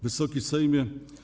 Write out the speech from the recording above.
Wysoki Sejmie!